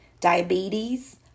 diabetes